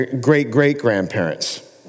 great-great-grandparents